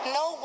no